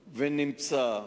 ונמצא,